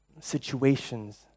situations